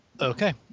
Okay